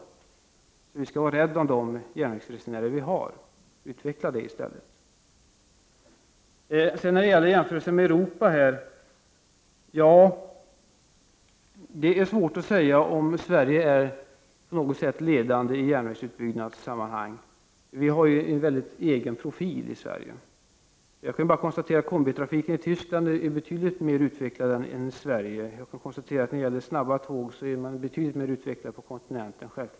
Vi skall alltså vara rädda om de järnvägsresenärer vi har och utveckla deras resande. Det är svårt att säga om Sverige på något sätt är ledande i Europa i järnvägsutbyggnadssammanhang. Vi har ju i Sverige en mycket egen profil. Jag kan bara konstatera att kombitrafiken i Tyskland är betydligt mer utvecklad än den i Sverige. Jag kan konstatera att när det gälle” snabba tåg har självfallet utvecklingen gått betydligt längre på kontinenten.